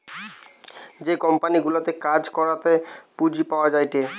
যে কোম্পানি গুলাতে কাজ করাতে পুঁজি পাওয়া যায়টে